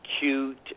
cute